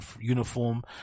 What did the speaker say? uniform